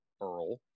Earl